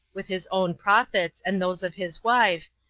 with his own prophets, and those of his wife,